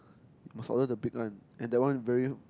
must order the big one and that one very